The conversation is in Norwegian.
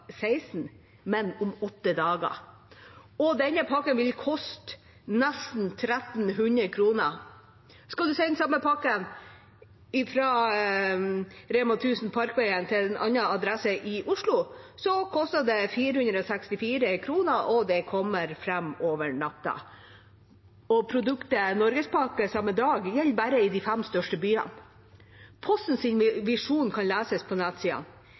åtte dager, og denne pakka vil koste nesten 1 300 kr. Skal du sende samme pakke fra Rema 1000 i Parkveien til en annen adresse i Oslo, koster det 464 kr, og den kommer fram over natta. Og produktet «Norgespakke TM samme dag» gjelder bare i de fem største byene. Postens visjon kan leses på